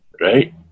Right